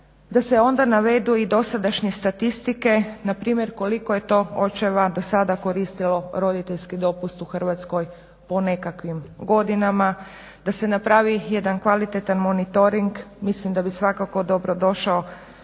da se onda navedu i dosadašnje statistike npr. koliko je to očeva do sada koristilo roditeljski dopust u Hrvatskoj po nekakvim godinama, da se napravi jedan kvalitetni monitoring. Mislim da bi svakako dobrodošao